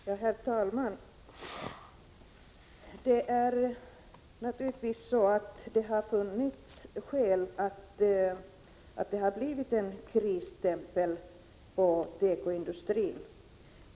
Herr talman! Det är naturligtvis så, att det har funnits skäl till att det har blivit en krisstämpel på tekoindustrin.